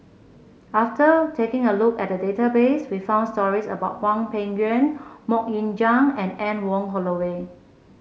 after taking a look at the database we found stories about Hwang Peng Yuan MoK Ying Jang and Anne Wong Holloway